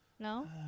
No